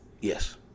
Yes